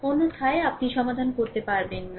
অন্যথায় আপনি সমাধান করতে পারবেন না